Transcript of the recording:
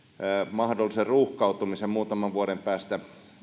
mahdollisen ruuhkautumisen koulutuksessa muutaman vuoden päästä